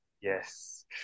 Yes